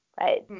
Right